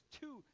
two